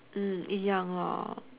mm 一样 lor